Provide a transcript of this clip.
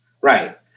Right